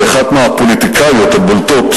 כאחת מהפוליטיקאיות הבולטות,